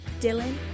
Dylan